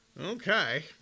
Okay